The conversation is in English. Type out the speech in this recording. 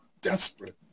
desperate